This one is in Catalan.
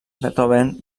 beethoven